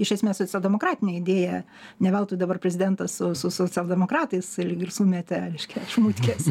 iš esmės socialdemokratinė idėja ne veltui dabar prezidentas su su socialdemokratais lyg ir sumetė reiškia šmutkes